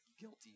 guilty